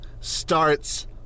starts